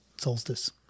solstice